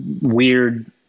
weird